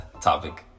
topic